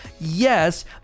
Yes